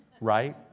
right